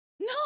No